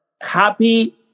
happy